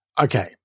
Okay